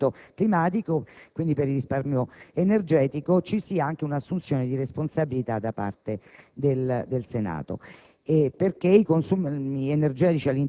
interventi, volti a contrastare il cambiamento climatico, quindi per il risparmio energetico, vi sia anche una assunzione di responsabilità da parte del Senato: